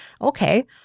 Okay